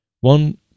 One